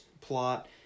plot